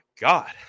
God